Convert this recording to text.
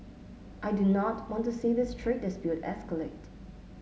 I do not want to see this trade dispute escalate